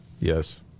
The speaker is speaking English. Yes